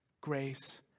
Grace